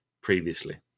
previously